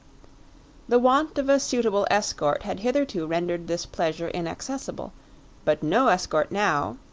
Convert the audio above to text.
the want of a suitable escort had hitherto rendered this pleasure inaccessible but no escort now,